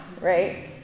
right